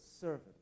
servant